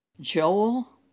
Joel